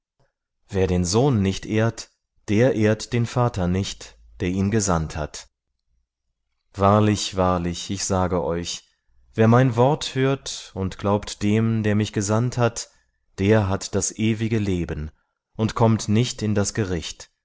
wer den sohn nicht ehrt der ehrt den vater nicht der ihn gesandt hat wahrlich wahrlich ich sage euch wer mein wort hört und glaubt dem der mich gesandt hat der hat das ewige leben und kommt nicht in das gericht